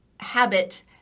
habit